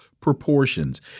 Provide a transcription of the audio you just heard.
proportions